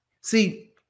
See